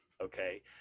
okay